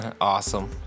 Awesome